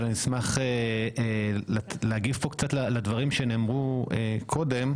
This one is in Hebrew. אבל אני אשמח להגיב פה קצת לדברים שנאמרו קודם.